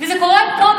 וזה קורה פה,